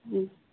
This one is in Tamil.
ம்